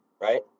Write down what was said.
right